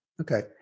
Okay